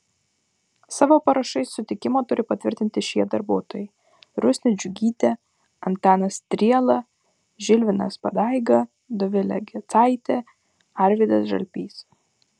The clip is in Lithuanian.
savo parašais sutikimą turi patvirtinti šie darbuotojai rusnė džiugytė antanas striela žilvinas padaiga dovilė gecaitė arvydas žalpys